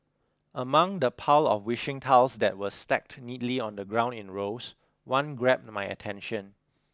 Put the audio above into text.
among the pile of wishing tiles that were stacked neatly on the ground in rows one grabbed my attention